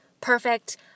perfect